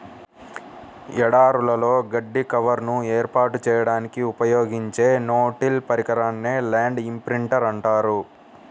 ఎడారులలో గడ్డి కవర్ను ఏర్పాటు చేయడానికి ఉపయోగించే నో టిల్ పరికరాన్నే ల్యాండ్ ఇంప్రింటర్ అంటారు